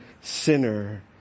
sinner